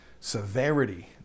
severity